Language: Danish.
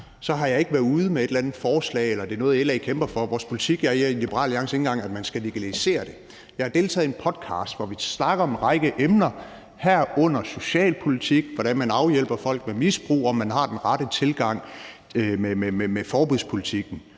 har jeg ikke været ude med et eller andet forslag eller sagt, at det er noget, LA kæmper for. Vores politik i Liberal Alliance er ikke engang, at man skal legalisere det. Jeg har deltaget i en podcast, hvor vi snakkede om en række emner, herunder socialpolitik, hvordan man hjælper folk af med deres misbrug, og om man har den rette tilgang med forbudspolitikken.